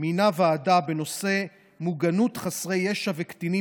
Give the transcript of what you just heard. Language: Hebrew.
מינה ועדה בנושא "מוגנות חסרי ישע וקטינים